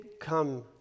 come